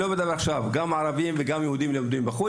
גם ערבים וגם יהודים לומדים בחו"ל.